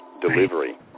delivery